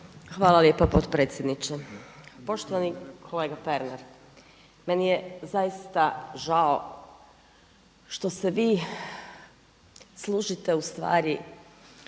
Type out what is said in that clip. Hvala lijepo potpredsjedniče. Poštovani kolega Pernar, meni je zaista žao što se vi služite u stvari